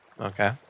Okay